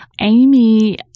Amy